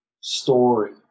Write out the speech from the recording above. story